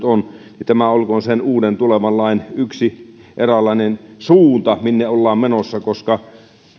on olkoon sen uuden tulevan lain yksi eräänlainen suunta minne ollaan menossa koska